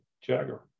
Jagger